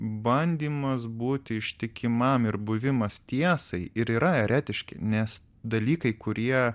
bandymas būti ištikimam ir buvimas tiesai ir yra eretiški nes dalykai kurie